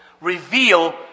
reveal